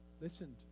listened